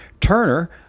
turner